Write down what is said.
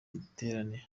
giterane